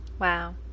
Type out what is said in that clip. wow